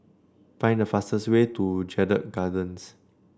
find the fastest way to Jedburgh Gardens